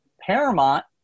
Paramount